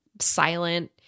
silent